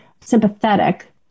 sympathetic